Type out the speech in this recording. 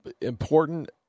important